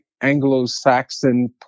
Anglo-Saxon